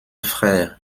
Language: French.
frère